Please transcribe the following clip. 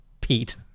Pete